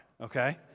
okay